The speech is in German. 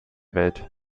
welt